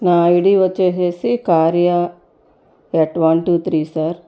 నా ఐడీ వచ్చేసేసి కార్యా at one two three sir